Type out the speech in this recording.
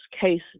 cases